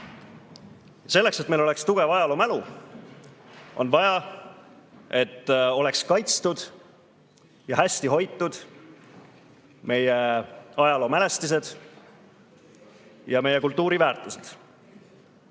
Selleks, et meil oleks tugev ajaloomälu, on vaja, et oleks kaitstud ja hästi hoitud meie ajaloomälestised ja meie kultuuriväärtused.